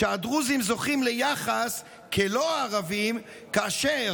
שהדרוזים זוכים ליחס כלא-ערבים כאשר